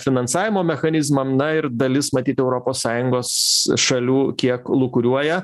finansavimo mechanizmą na ir dalis matyt europos sąjungos šalių kiek lūkuriuoja